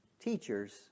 teachers